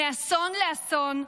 מאסון לאסון,